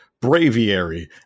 Braviary